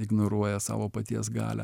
ignoruoja savo paties galią